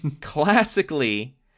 Classically